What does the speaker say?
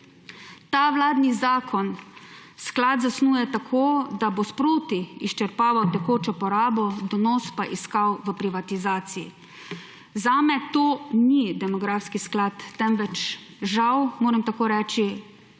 Ta vladni zakon sklad zasnuje tako, da bo sproti izčrpaval tekočo porabo, donos pa iskal v privatizaciji. Zame to ni demografski sklad, temveč, žal moram tako reči,